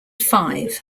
five